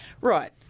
Right